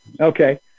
Okay